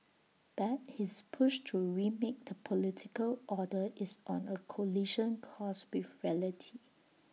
but his push to remake the political order is on A collision course with reality